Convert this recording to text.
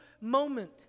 moment